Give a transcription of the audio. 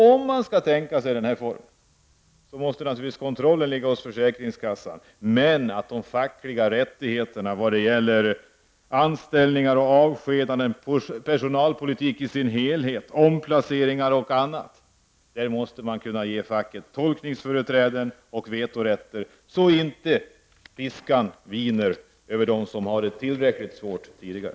Om man skall tänka sig den här formen måste naturligtvis kontrollen ligga hos försäkringskassan, men när det gäller anställningar, avskedanden, omplaceringar och personalpolitiken i dess helhet måste man kunna ge de fackliga organisationerna tolkningsföreträde och vetorätt, så att inte piskan viner över dem som har det tillräckligt svårt tidigare.